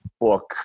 book